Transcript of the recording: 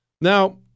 Now